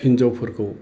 हिनजावफोरखौ